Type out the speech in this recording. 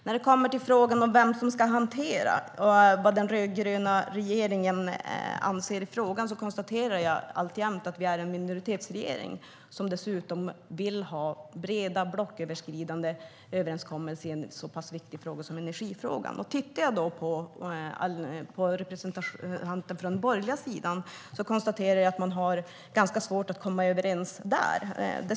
När det kommer till frågan vem som ska hantera detta och vad den rödgröna regeringen anser i frågan, konstaterar jag alltjämt att vi är en minoritetsregering som dessutom vill ha breda blocköverskridande överenskommelser i en så pass viktig fråga som energifrågan. Jag konstaterar, efter vad som framkommit från representanterna från den borgerliga sidan, att man har ganska svårt att komma överens.